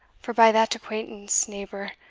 for by that acquaintance, neighbour,